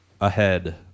ahead